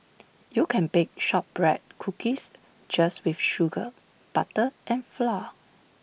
you can bake Shortbread Cookies just with sugar butter and flour